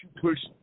push